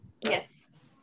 Yes